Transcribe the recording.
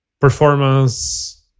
performance